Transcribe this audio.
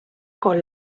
con